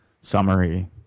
summary